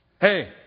Hey